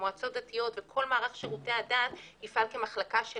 שהמועצות הדתיות וכל מערך שירותי הדת יפעל כמחלקה של